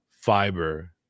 fiber